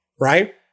right